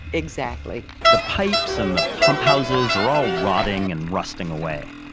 exactly. the pipes and the pump houses are all rotting and rusting away,